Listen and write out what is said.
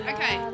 Okay